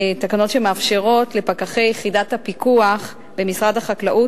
תקנות שמאפשרות לפקחי יחידת הפיקוח במשרד החקלאות